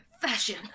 fashion